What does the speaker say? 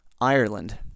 Ireland